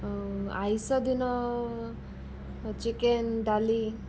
ଆଉ ଆଇଁଷ ଦିନ ଚିକେନ୍ ଡାଲି